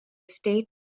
state